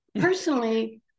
Personally